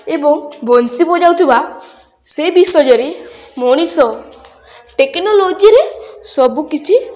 ଏବଂ ବଂଶୀ ବଜାଉ ଥିବା ସେ ବିଷୟରେ ମଣିଷ ଟେକ୍ନୋଲୋଜିରେ ସବୁକିଛି